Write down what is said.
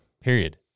Period